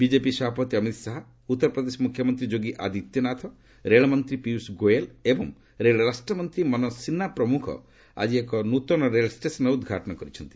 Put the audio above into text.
BJP ସଭାପତି ଅମିତ୍ ଶାହା ଉତ୍ତର ପ୍ରଦେଶ ମ୍ରଖ୍ୟମନ୍ତ୍ରୀ ଯୋଗୀ ଆଦିତ୍ୟନାଥ ରେଳମନ୍ତ୍ରୀ ପିୟୁଷ ଗୋୟଲ ଏବଂ ରେଳ ରାଷ୍ଟ୍ରମନ୍ତ୍ରୀ ମନୋକ ସିହ୍ରା ପ୍ରମୁଖ ଆଳି ଏହି ନୂତନ ରେଳ ଷ୍ଟେସନ୍ର ଉଦ୍ଘାଟନ କରିଛନ୍ତି